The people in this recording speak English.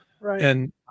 Right